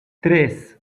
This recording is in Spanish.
tres